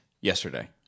yesterday